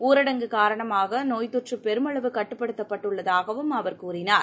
ஊரடங்கு காரணமாக நோய் தொற்று பெருமளவு கட்டுப்படுத்தப் பட்டுள்ளதாகவும் அவர் கூறினார்